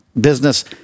business